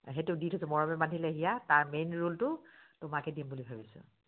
সেইটো দি থৈছোঁ মৰমে বান্ধিলে হিয়া তাৰ মেইন ৰোলটো তোমাকে দিম বুলি ভাবিছোঁ